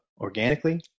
organically